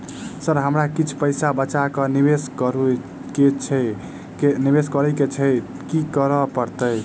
Sir हमरा किछ पैसा बचा कऽ निवेश करऽ केँ छैय की करऽ परतै?